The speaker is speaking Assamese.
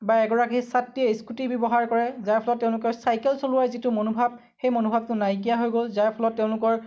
বা এগৰাকী ছাত্ৰীয়ে স্কুটি ব্যৱহাৰ কৰে যাৰ ফলত তেওঁলোকৰ চাইকেল চলোৱাৰ যিটো মনোভাৱ সেই মনোভাৱটো নাইকিয়া হৈ গ'ল যাৰ ফলত তেওঁলোকৰ